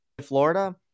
Florida